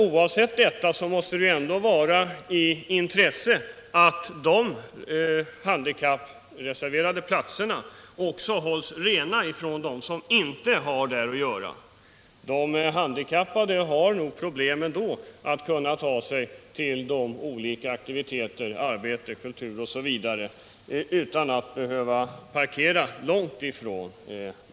Oavsett detta måste det vara av intresse att de handikappreserverade platserna hålls rena från dem som inte har där att göra. De handikappade har problem ändå att ta sig till olika aktiviteter — arbete, kultur osv. — utan att dessutom behöva parkera långt därifrån.